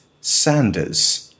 Sanders